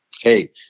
hey